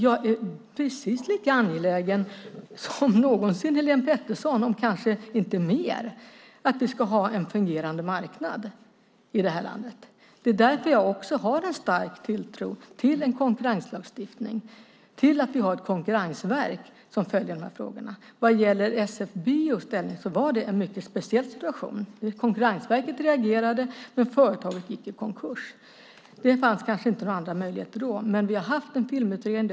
Jag är precis lika angelägen som någonsin Helene Petersson, kanske mer, om att vi ska ha en fungerande marknad i det här landet. Det är därför jag har en stark tilltro till en konkurrenslagstiftning och att vi har ett konkurrensverk som följer de här frågorna. Vad gäller SF Bios ställning var det en mycket speciell situation. Konkurrensverket reagerade, men företaget gick i konkurs. Det fanns kanske inte några andra möjligheter då, men vi har haft en filmutredning.